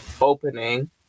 opening